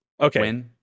Okay